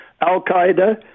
Al-Qaeda